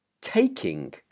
taking